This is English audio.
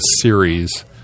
series